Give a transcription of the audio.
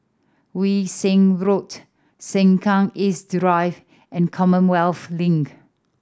Yew Siang Road Sengkang East Drive and Commonwealth Link